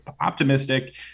optimistic